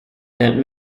that